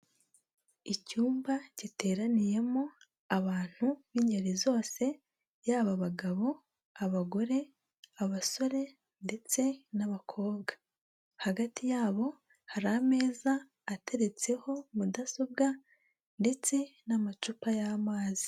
Icyumba giteraniyemo abantu b'ingeri zose, yaba abagabo, abagore, abasore ndetse n'abakobwa. Hagati yabo hari ameza ateretseho mudasobwa ndetse n'amacupa y'amazi.